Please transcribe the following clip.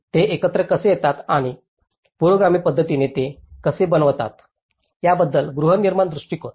ते एकत्र कसे येतात आणि पुरोगामी पध्दतीने ते ते कसे बनवतात याबद्दल गृहनिर्माण दृष्टीकोन